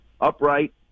upright